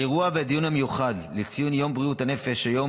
האירוע והדיון המיוחד לציון יום בריאות הנפש היום